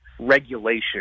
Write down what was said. regulation